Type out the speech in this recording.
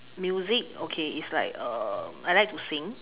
music okay is like um I like to sing